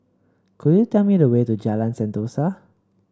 could you tell me the way to Jalan Sentosa